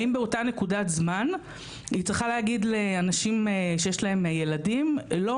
האם באותה נקודת זמן היא צריכה להגיד לאנשים שיש להם ילדים 'לא,